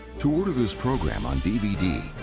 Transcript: to order this program on dvd,